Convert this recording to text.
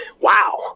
Wow